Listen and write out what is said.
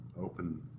open